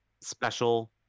special